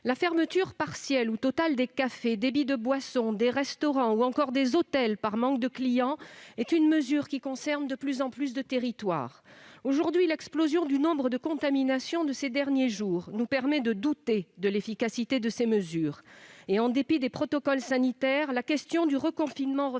La fermeture partielle ou totale des cafés, des débits de boissons, des restaurants ou encore des hôtels, en raison du manque de clients, est une mesure qui concerne de plus en plus de territoires. L'explosion du nombre de contaminations de ces derniers jours nous permet de douter de l'efficacité de ces mesures. En dépit des protocoles sanitaires, la question du reconfinement refait